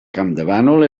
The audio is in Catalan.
campdevànol